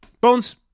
bones